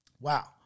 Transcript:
Wow